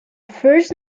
first